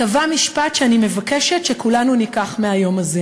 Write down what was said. טבע משפט שאני מבקשת שכולנו ניקח מהיום הזה,